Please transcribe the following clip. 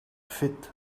fit